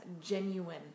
genuine